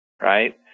right